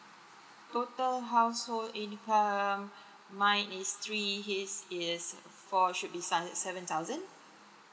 total household income mine is three his is four should be sun~ seven thousand